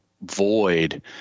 void